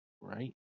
right